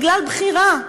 בגלל בחירה.